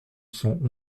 cent